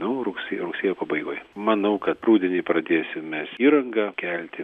nu rugsėjo rugsėjo pabaigoj manau kad rudenį pradėsim mes įrangą kelti